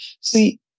See